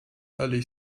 aller